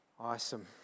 Awesome